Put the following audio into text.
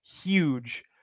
huge